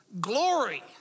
glory